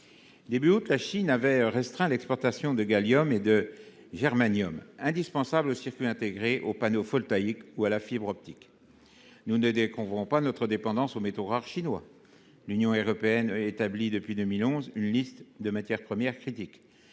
d’août, la Chine avait restreint l’exportation de gallium et de germanium, métaux rares indispensables à la fabrication des circuits intégrés, des panneaux photovoltaïques ou de la fibre optique. Nous ne découvrons pas notre dépendance aux métaux rares chinois : l’Union européenne établit depuis 2011 une liste de matières premières critiques.